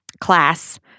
class